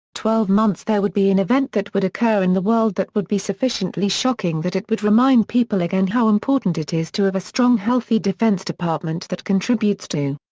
twelve months there would be an event that would occur in the world that would be sufficiently shocking that it would remind people again how important it is to have a strong healthy defense department that contributes to.